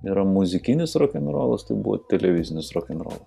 yra muzikinis rokenrolas tai buvo televizinis rokenrolas